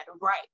right